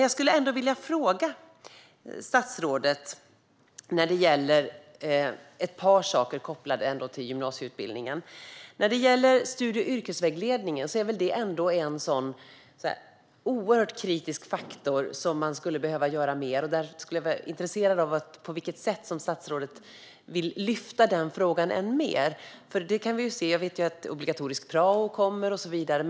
Jag skulle vilja fråga statsrådet om några saker som är kopplade till gymnasieutbildningen. Studie och yrkesvägledningen är en oerhört kritisk faktor. Där skulle man behöva göra mer. Jag är intresserad av att veta på vilket sätt som statsrådet vill lyfta den frågan än mer. Jag vet att obligatorisk prao kommer och så vidare.